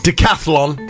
Decathlon